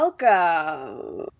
Welcome